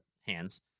hands